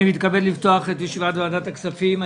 אני מתכבד לפתוח את ישיבת ועדת הכספים.